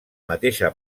mateixa